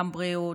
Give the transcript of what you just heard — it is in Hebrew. גם בריאות,